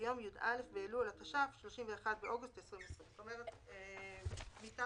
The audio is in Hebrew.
ביום י"א באלול התש"ף (31 באוגוסט 2020)". מכאן